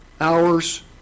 hours